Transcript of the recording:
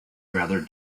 rather